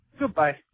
Goodbye